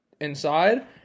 inside